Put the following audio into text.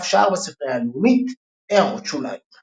דף שער בספרייה הלאומית == הערות שוליים ==